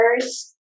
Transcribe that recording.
first